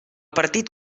partit